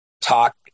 talk